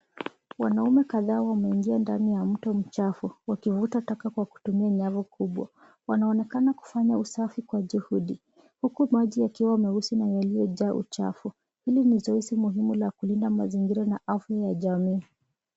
Wanaume kadhaa wameingia ndani ya mto mchafu wakivuta taka kwa kutumia nyavu kubwa. Wanaonekana kufanya kazi kwa juhudi huku maji yakiwa meusi na yaliyojaa uchafu. Hili ni zoezi muhimu la kulinda mazingira na afya ya jamii.